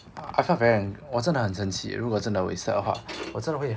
I felt very 我真的很生气如果真的 wasted 的话我真的会